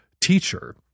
teacher